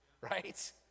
right